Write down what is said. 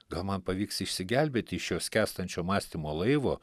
gal man pavyks išsigelbėti iš šio skęstančio mąstymo laivo